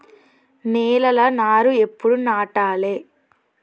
నేలలా నారు ఎప్పుడు నాటాలె?